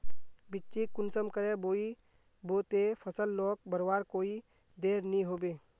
बिच्चिक कुंसम करे बोई बो ते फसल लोक बढ़वार कोई देर नी होबे?